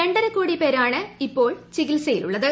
രണ്ടര കോടി പേരാണ് ഇപ്പോൾ ചികിത്സയിലുള്ളത്